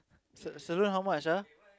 sal~ salon how much ah